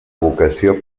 vocació